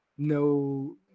No